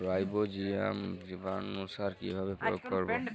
Rhizobium জীবানুসার কিভাবে প্রয়োগ করব?